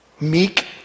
Meek